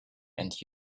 and